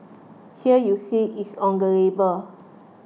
here you see it on the label